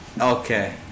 Okay